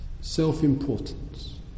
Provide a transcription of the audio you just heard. self-importance